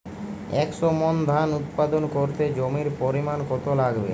একশো মন ধান উৎপাদন করতে জমির পরিমাণ কত লাগবে?